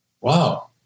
Wow